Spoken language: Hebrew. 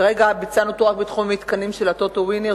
כרגע ביצענו אותו רק בתחום המתקנים של ה"טוטו ווינר",